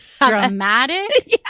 Dramatic